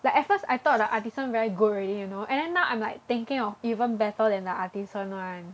like at first I thought the Artisan very good already you know and then now I'm like thinking of even better than the Artisan [one]